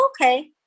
okay